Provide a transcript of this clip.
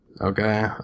Okay